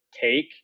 take